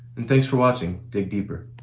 and thanks for watching dig deeper.